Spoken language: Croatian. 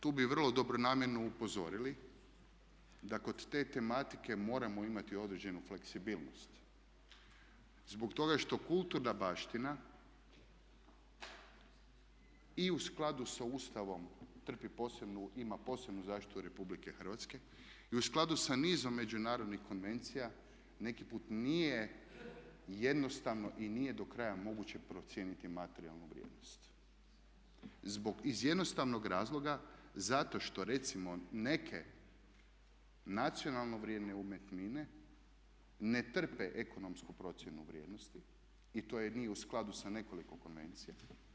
Tu bi vrlo dobronamjerno upozorili da kod te tematike moramo imati određenu fleksibilnost zbog toga što kulturna baština i u skladu sa Ustavom trpi posebnu, ima posebnu zaštitu Republike Hrvatske i u skladu sa nizom međunarodnih konvencija neki put nije jednostavno i nije do kraja moguće procijeniti materijalnu vrijednost, zbog iz jednostavnog razloga zato što recimo neke nacionalne vrijedne umjetnine ne trpe ekonomsku procjenu vrijednosti i to jer nije u skladu sa nekoliko konvencija.